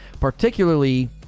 particularly